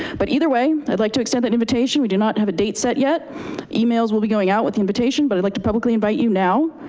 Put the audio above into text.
but either way, i'd like to extend that invitation. we do not have a date set yet emails will be going out with the invitation, but i'd like to publicly invite you now.